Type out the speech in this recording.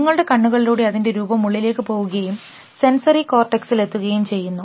നിങ്ങളുടെ കണ്ണുകളിലൂടെ അതിൻറെ രൂപം ഉള്ളിലേക്ക് പോകുകയും സെന്സറി കോർട്ടക്സിൽ എത്തുകയും ചെയ്യുന്നു